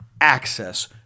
access